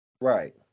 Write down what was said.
Right